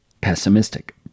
pessimistic